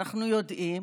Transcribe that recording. אנחנו יודעים,